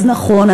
אז נכון,